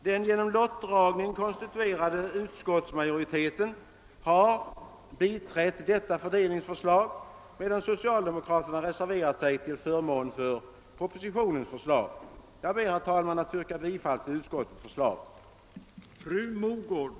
Den genom lottdragning konstituerade utskottsmajoriteten har biträtt detta fördelningsförslag, medan socialdemokraterna reserverat sig till förmån för propositionens förslag. Jag ber, herr talman, att få yrka bifall till utskottets hemställan.